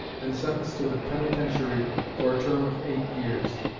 and sentenced to the penitentiary for a term of eight years.